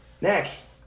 Next